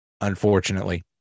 Unfortunately